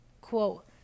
quote